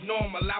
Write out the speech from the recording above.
normal